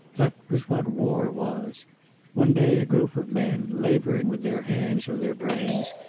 that was what war was one day a group of men, laboring with their hands or their brains,